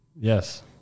Yes